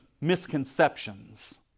misconceptions